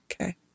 okay